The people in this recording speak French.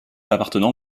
appartenant